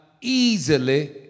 easily